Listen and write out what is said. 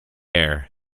air